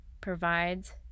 provides